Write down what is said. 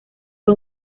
fue